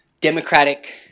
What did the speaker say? democratic